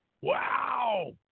Wow